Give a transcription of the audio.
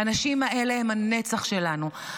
האנשים האלה הם הנצח שלנו,